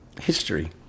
history